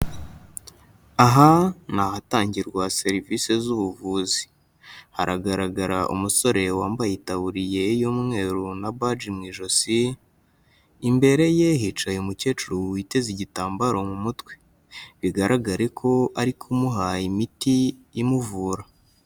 Aha ni ahatangirwa serivise z'ubuvuzi, haragaragara umusore wambaye itaburiya y'umweru na baji mu ijosi, imbere ye hicaye umukecuru witeze igitambaro mu mutwe, bigaragare ko ari kumuha imiti imuvura.